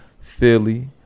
Philly